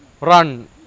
run